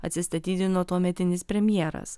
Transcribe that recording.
atsistatydino tuometinis premjeras